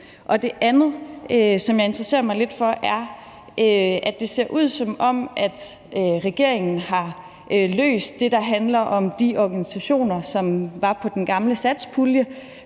Det andet, som jeg interesserer mig lidt for, er, at det ser ud, som om regeringen har løst det, der handler om de organisationer, som var på den gamle satspuljeordning,